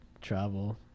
travel